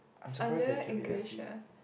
is under English ya